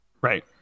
Right